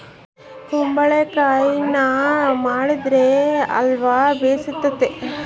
ಕುಂಬಳಕಾಯಗಿನ ಮಾಡಿರೊ ಅಲ್ವ ಬೆರ್ಸಿತತೆ